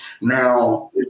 Now